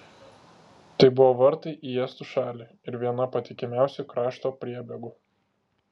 tai buvo vartai į estų šalį ir viena patikimiausių krašto priebėgų